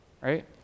Right